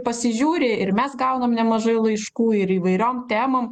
pasižiūri ir mes gaunam nemažai laiškų ir įvairiom temom